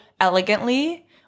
elegantly